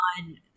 on